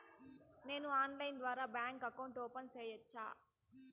నేను ఆన్లైన్ ద్వారా bank account open సేయొచ్చా?